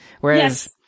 Whereas